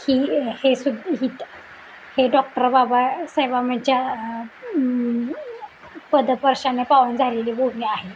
ही हे सु इथं हे डॉक्टर बाबासाहेबाच्या पदपस्पर्शाने पावन झालेली भूमी आहे